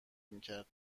میکرد